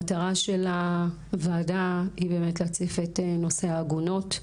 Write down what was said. המטרה של הוועדה היא באמת להציף את נושא העגונות.